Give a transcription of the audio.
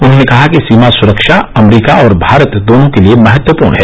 उन्होंने कहा कि सीमा सुरक्षा अमरीका और भारत दोनों के लिए महत्वपूर्ण है